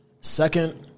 second